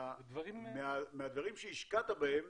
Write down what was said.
מהדברים שהשקעת בהם